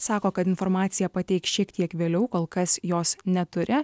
sako kad informaciją pateiks šiek tiek vėliau kol kas jos neturi